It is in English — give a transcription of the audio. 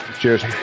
cheers